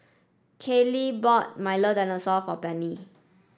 Kaley bought Milo dinosaur for Penny